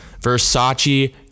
Versace